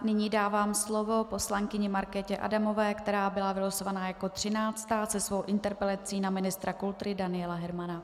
Nyní dávám slovo poslankyni Markétě Adamové, která byla vylosovaná jako třináctá se svou interpelací na ministra kultury Daniela Hermana.